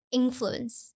influence